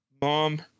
Mom